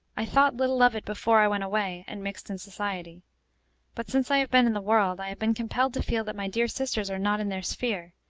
i thought little of it before i went away and mixed in society but since i have been in the world, i have been compelled to feel that my dear sisters are not in their sphere,